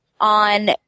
on